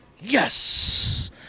Yes